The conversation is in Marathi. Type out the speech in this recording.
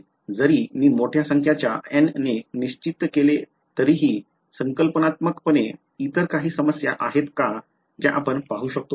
जरी मी मोठ्या संख्याच्या N ने निश्चित केले तरीही संकल्पनात्मकपणे इतर काही समस्या आहेत का ज्या आपण पाहू शकता